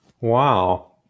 Wow